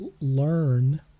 Learn